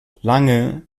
lange